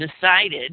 decided